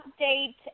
update